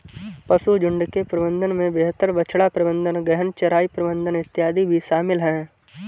पशुझुण्ड के प्रबंधन में बेहतर बछड़ा प्रबंधन, गहन चराई प्रबंधन इत्यादि भी शामिल है